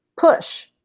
push